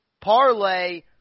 parlay